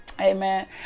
Amen